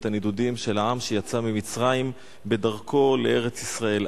את הנדודים של העם שיצא ממצרים בדרכו לארץ-ישראל.